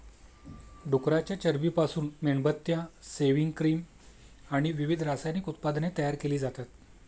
डुकराच्या चरबीपासून मेणबत्त्या, सेव्हिंग क्रीम आणि विविध रासायनिक उत्पादने तयार केली जातात